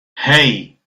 hey